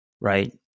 right